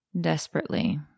Desperately